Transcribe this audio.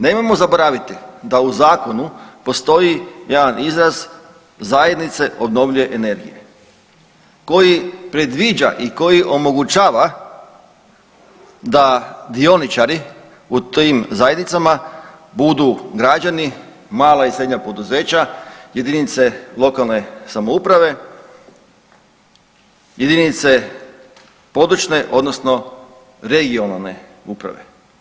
Nemojmo zaboraviti da u zakonu postoji jedan izraz zajednice obnovljive energije koji predviđa i koji omogućava da dioničari u tim zajednicama budu građani mala i srednja poduzeća, jedinice lokalne samouprave, jedinice područne odnosno regionalne uprave.